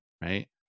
right